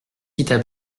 quitta